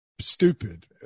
stupid